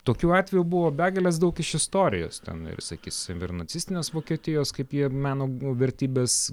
tokių atvejų buvo begalės daug iš istorijos ten ir sakysim ir nacistinės vokietijos kaip jie meno vertybes